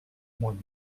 món